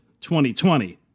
2020